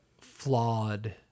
flawed